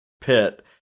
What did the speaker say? pit